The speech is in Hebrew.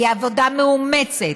היא עבודה מאומצת,